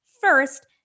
first